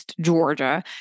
Georgia